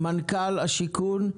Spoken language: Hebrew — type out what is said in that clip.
מנכ"ל השיכון,